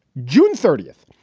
june thirtieth.